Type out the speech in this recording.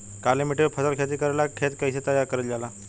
काली मिट्टी पर फसल खेती करेला खेत के कइसे तैयार करल जाला?